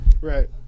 Right